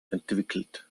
entwickelt